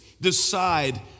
decide